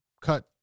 cut